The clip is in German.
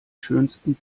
schönsten